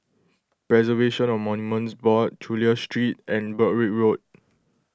Preservation of Monuments Board Chulia Street and Broadrick Road